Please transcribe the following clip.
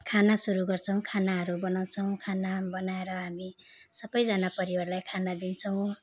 खाना सुरु गर्छौँ खानाहरू बनाउँछौँ खानाहरू बनाएर हामी सबैजना परिवारलाई खाना दिन्छौँ